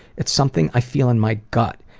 it's something i feel in my gut,